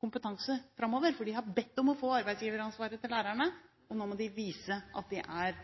for de har bedt om å få arbeidsgiveransvaret for lærerne. Nå må de vise at de er